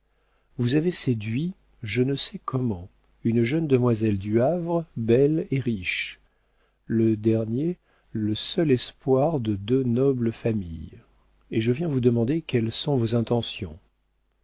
vous avez séduit je ne sais comment une jeune demoiselle du havre belle et riche le dernier le seul espoir de deux nobles familles et je viens vous demander quelles sont vos intentions